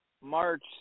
March